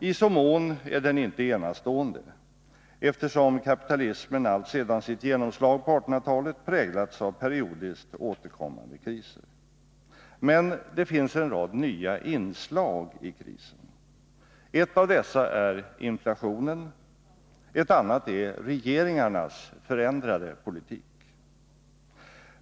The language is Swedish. I så mån är den inte enastående, eftersom kapitalismen alltsedan sitt genomslag på 1800-talet präglats av periodiskt återkommande kriser. Men det finns en rad nya inslag i krisen. Ett av dessa är inflationen. Ett annat är regeringarnas förändrade politik.